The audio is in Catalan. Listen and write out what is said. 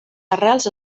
arrels